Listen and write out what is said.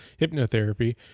hypnotherapy